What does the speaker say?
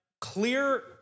clear